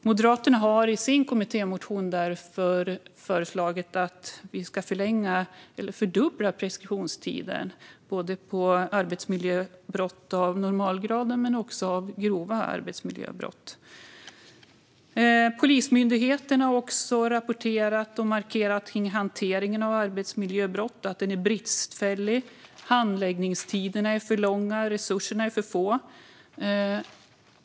Moderaterna har i sin kommittémotion därför föreslagit att vi ska fördubbla preskriptionstiden när det gäller både arbetsmiljöbrott av normalgraden och grova arbetsmiljöbrott. Polismyndigheten har också rapporterat att hanteringen av arbetsmiljöbrott är bristfällig. Handläggningstiderna är för långa, och resurserna är för få.